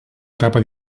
etapa